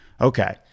Okay